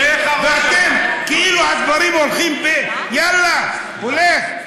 ואתם, כאילו הדברים הולכים ויאללה, הולך?